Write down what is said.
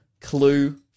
Clue